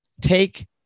take